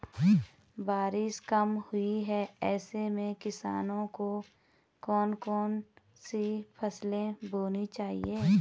बारिश कम हुई है ऐसे में किसानों को कौन कौन सी फसलें बोनी चाहिए?